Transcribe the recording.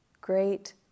great